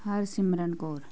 Harsimran Kaur